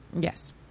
Yes